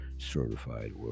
certified